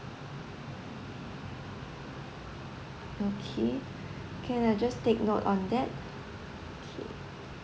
okay can I just take note on that K